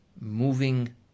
moving